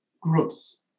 groups